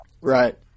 Right